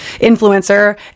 influencer